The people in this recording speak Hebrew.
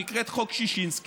שנקראת חוק ששינסקי,